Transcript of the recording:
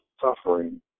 suffering